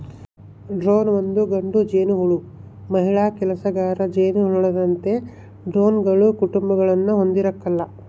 drone ಒಂದು ಗಂಡು ಜೇನುಹುಳು ಮಹಿಳಾ ಕೆಲಸಗಾರ ಜೇನುನೊಣದಂತೆ ಡ್ರೋನ್ಗಳು ಕುಟುಕುಗುಳ್ನ ಹೊಂದಿರಕಲ್ಲ